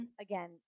again